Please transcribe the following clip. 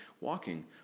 Walking